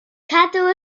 cadw